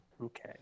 okay